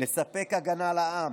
לספק הגנה לעם,